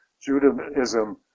Judaism